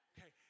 Okay